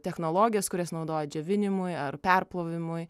technologijas kurias naudoja džiovinimui ar perplovimui